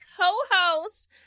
co-host